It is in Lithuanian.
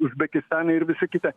uzbekistanai ir visa kita